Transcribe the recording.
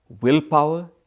willpower